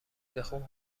بخون